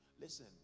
Listen